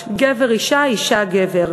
"ריצ'רץ'" גבר, אישה, אישה, גבר.